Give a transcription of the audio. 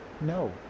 No